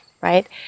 right